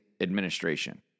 administration